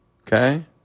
Okay